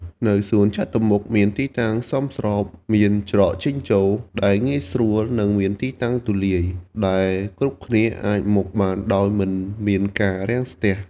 នៅសួនចតុមុខមានទីតាំងសមស្របមានច្រកចេញ ចូលដែលងាយស្រួល និងមានទីតាំងទូលាយ ដែលគ្រប់គ្នាអាចមកបានដោយមិនមានការរាំងស្ទះ។